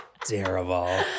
Terrible